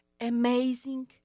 amazing